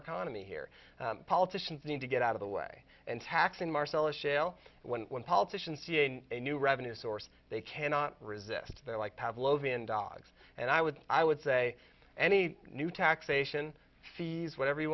economy here politicians need to get out of the way and taxing marcellus shale when when politicians see a new revenue source they cannot resist their like pavlovian dogs and i would i would say any new taxation fees whatever you